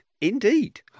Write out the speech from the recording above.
indeed